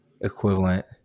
equivalent